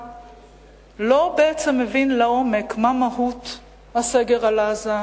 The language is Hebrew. לא בעצם מבין לעומק מה מהות הסגר על עזה,